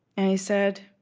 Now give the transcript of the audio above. and he said,